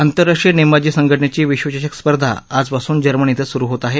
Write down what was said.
आंतरराष्ट्रीय नेमबाजी संघटनेची विश्वचषक स्पर्धा आजपासून जर्मनी श्वं सुरु होत आहे